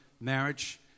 marriage